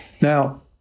now